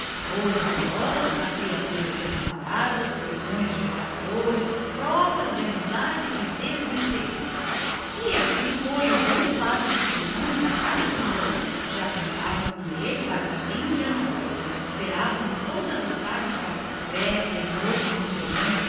boas esmolas a criaturas desamparadas perdões de ofensas graves provas de amizade e provas de desinteresse um santo um verdadeiro santo e assim foi o padre diogo tomando pé em casa de manuel e fazendo-se todo de lá já contavam com ele para padrinho de ana rosa esperavam no todas as tardes com café e à noite nos serões